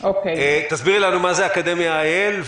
מה זה "אקדמיה IL",